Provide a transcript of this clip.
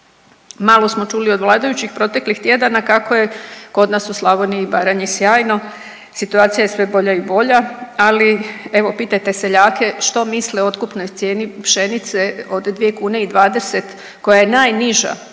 Malo smo čuli od vladajućih proteklih tjedana kako je kod nas u Slavoniji i Baranji sjajno, situacija je sve bolja i bolja, ali evo, pitajte seljake što misle o otkupnoj cijeni pšenice od 2 kune i 20 koja je najniža